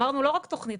אמרנו לא רק תוכנית,